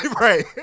Right